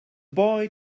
boy